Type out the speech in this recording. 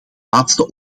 laatste